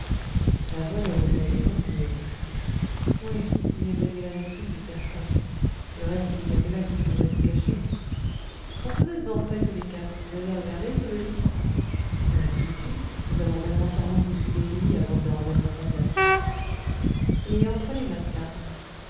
la voix de rouletabille continuait oui il est venu là-dessous c'est certain du reste il n'y a que là qu'il pouvait se cacher quand vous êtes entrés tous les quatre vous avez regardé sous le lit tout de suite nous avons même entièrement bousculé le lit avant de le remettre à sa place et entre les matelas